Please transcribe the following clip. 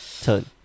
turn